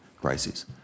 crises